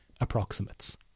approximates